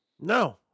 No